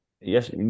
Yes